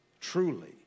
truly